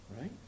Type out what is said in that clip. Right